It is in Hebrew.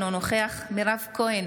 אינו נוכח מירב כהן,